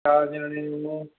ਚਾਰ ਜਣੇ ਹੋਂ